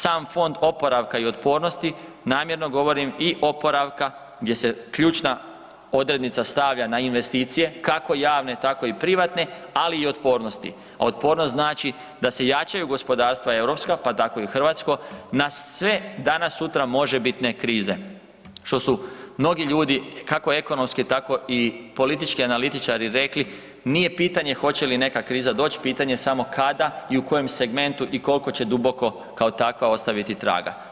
Sam Fond oporavka i otpornosti namjerno govorim i oporavka gdje se ključna odrednica stavlja na investicije kako javne tako i privatne, ali i otpornosti, a otpornost znači da se jačaju gospodarstva europska pa tako i hrvatsko na sve danas sutra možebitne krize što su mnogi ljudi kako ekonomski tako i politički analitičari rekli, nije pitanje hoće li neka kriza doći, pitanje je samo kada i u kojem segmentu i koliko će duboko kao takva ostaviti traga.